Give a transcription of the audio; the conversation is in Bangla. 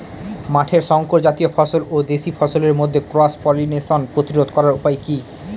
মাঠের শংকর জাতীয় ফসল ও দেশি ফসলের মধ্যে ক্রস পলিনেশন প্রতিরোধ করার উপায় কি?